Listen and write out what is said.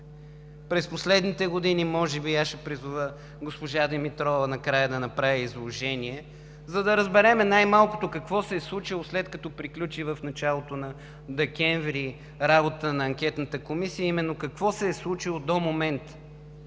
за приходите. Може би ще призова госпожа Димитрова накрая да направи изложение, за да разберем най-малкото какво се е случило, след като приключи в началото на декември работата на Анкетната комисия, а именно какво се е случило до момента,